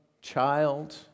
child